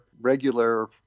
regular